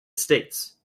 states